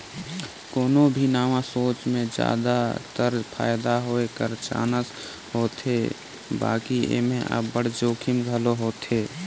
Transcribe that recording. कोनो भी नावा सोंच में जादातर फयदा होए कर चानस होथे बकि एम्हें अब्बड़ जोखिम घलो होथे